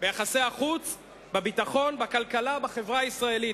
ביחסי החוץ, בביטחון, בכלכלה ובחברה הישראלית.